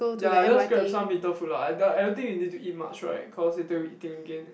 ya just grab some little food lah I d~ I don't think you need to eat much right cause later we eating again